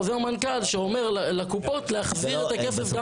מנכ"ל שאומר לקופות להחזיר את הכסף גם לחברות הפרטיות.